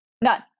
none